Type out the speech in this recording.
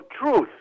truth